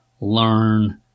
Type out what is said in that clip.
learn